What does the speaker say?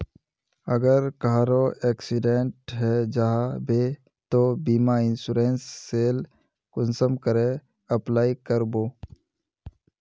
अगर कहारो एक्सीडेंट है जाहा बे तो बीमा इंश्योरेंस सेल कुंसम करे अप्लाई कर बो?